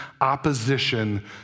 opposition